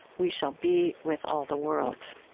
we shall be with all the world.